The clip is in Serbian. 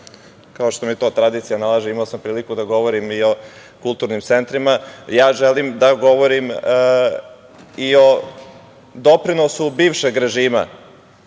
kao što mi to tradicija nalaže, imao sam priliku da govorim i o kulturnim centrima, ja želim da govorim i o doprinosu bivšeg režima,